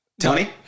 Tony